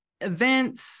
events